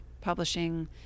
publishing